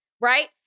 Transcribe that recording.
Right